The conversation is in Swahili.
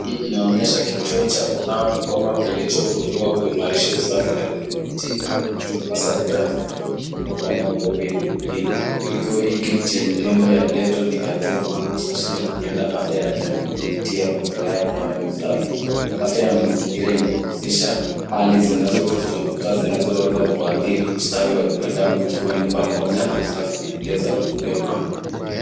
Hii inaonyesha kituo cha kunawa mikono kilichobuniwa kuimarisha usafi na kudhibiti magonjwa hasa nyakati za mlipuko kama covid_ 19 . Kituo hiki chenye nembo ya dettol ni hatua mahususi ya kulinda afya ya jamii kupitia mazoea bora ya usafi. Afya ya mazingira inahusisha hali zinazotuzunguka zinazoweza kuadhiri ustawi wa binadamu ikiwa mahali pamoja na usafi na njia ya kuzuia maambukizi.